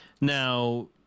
Now